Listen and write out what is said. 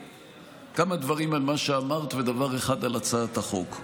כמה דברים על מה שאמרת ודבר אחד על הצעת החוק.